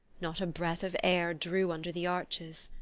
not a breath of air drew under the arches.